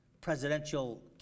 presidential